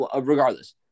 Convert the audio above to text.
Regardless